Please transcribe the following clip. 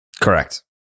Correct